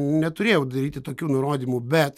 neturėjau daryti tokių nurodymų bet